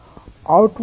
దాని డైరెక్షన్ ఏమిటి